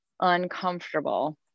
uncomfortable